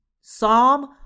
Psalm